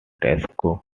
tesco